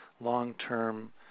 long-term